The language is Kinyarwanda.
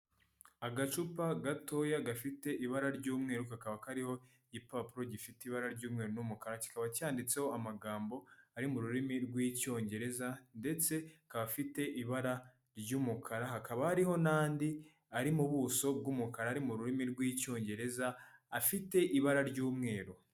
Agacupa gatoya gafite ibara ry'umweru kakaba kariho igipapuro gifite ibara ry'umweru n'umukara, kikaba cyanditseho amagambo ari mu rurimi rw'icyongereza ndetse akaba afite ibara ry'umukara hakaba hari n'andi ari mu buso bw'umukara, ari mu rurimi rw'icyongereza afite ibara ry'umweru.